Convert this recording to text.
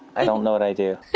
i don't know what i do